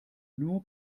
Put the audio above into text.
nur